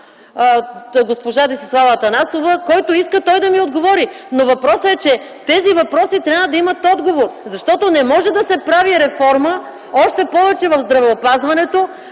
госпожа Десислава Атанасова – който иска, той да ми отговори. Но въпросът е, че тези въпроси трябва да имат отговор! Защото не може да се прави реформа, още повече в здравеопазването,